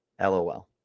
LOL